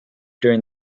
during